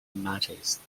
matches